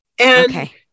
Okay